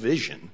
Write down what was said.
vision